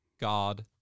God—